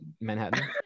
manhattan